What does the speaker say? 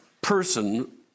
person